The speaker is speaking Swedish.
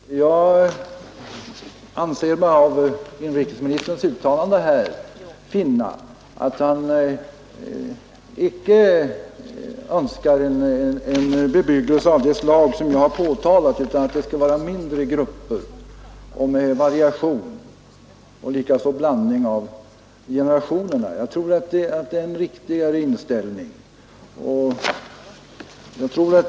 Herr talman! Jag anser mig av inrikesministerns uttalande här kunna förstå att han icke önskar en bebyggelse av det slag som jag har pekat på, utan att det skall vara mindre grupper med variation och likaså en blandning av generationerna. Jag tror att det är en riktigare inställning.